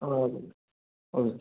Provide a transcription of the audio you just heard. ആ okay okay